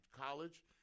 college